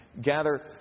gather